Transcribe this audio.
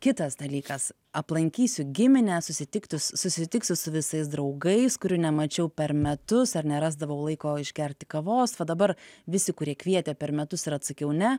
kitas dalykas aplankysiu gimines susitikti susitiksiu su visais draugais kurių nemačiau per metus ar nerasdavau laiko išgerti kavos va dabar visi kurie kvietė per metus ir atsakiau ne